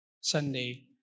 Sunday